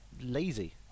lazy